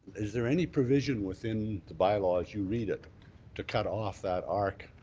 is there any provision within the bylaw as you read it to cut off that arc